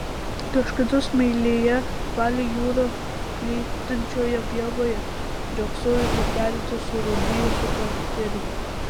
kažkada smailėje palei jūrą plytinčioje pievoje riogsojo tik keletas surūdijusių katerių